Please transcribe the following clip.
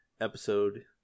episode